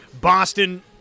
Boston